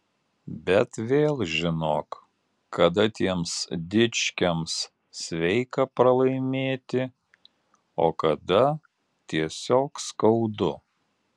bet vėl žinok kada tiems dičkiams sveika pralaimėti o kada tiesiog skaudu